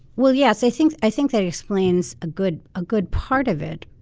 well, yes, i think i think that explains a good ah good part of it.